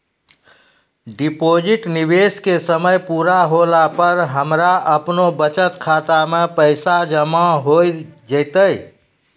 Deposit निवेश के समय पूरा होला पर हमरा आपनौ बचत खाता मे पैसा जमा होय जैतै?